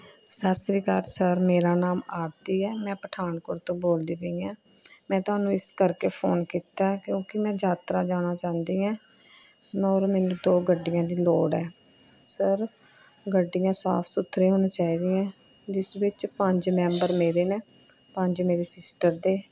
ਸਤਿ ਸ਼੍ਰੀ ਅਕਾਲ ਸਰ ਮੇਰਾ ਨਾਮ ਆਰਤੀ ਹੈ ਮੈਂ ਪਠਾਨਕੋਟ ਤੋਂ ਬੋਲਦੀ ਪਈ ਹਾਂ ਮੈਂ ਤੁਹਾਨੂੰ ਇਸ ਕਰਕੇ ਫੋਨ ਕੀਤਾ ਕਿਉਂਕਿ ਮੈਂ ਯਾਤਰਾ ਜਾਣਾ ਚਾਹੁੰਦੀ ਹਾਂ ਔਰ ਮੈਨੂੰ ਦੋ ਗੱਡੀਆਂ ਦੀ ਲੋੜ ਹੈ ਸਰ ਗੱਡੀਆਂ ਸਾਫ ਸੁਥਰੀਆਂ ਹੋਣੀਆਂ ਚਾਹੀਦੀਆਂ ਜਿਸ ਵਿੱਚ ਪੰਜ ਮੈਂਬਰ ਮੇਰੇ ਨੇ ਪੰਜ ਮੇਰੀ ਸਿਸਟਰ ਦੇ